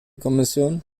kommission